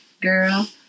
girl